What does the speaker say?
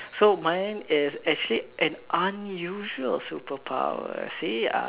so mine is actually an unusual superpower see ah